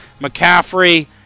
McCaffrey